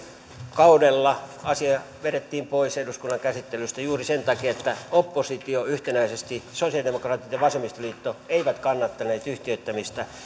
kaudella asia vedettiin pois eduskunnan käsittelystä juuri sen takia että oppositio yhtenäisesti sosialidemokraatit ja vasemmistoliitto eivät kannattaneet yhtiöittämistä